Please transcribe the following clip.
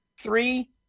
Three